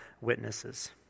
witnesses